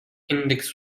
index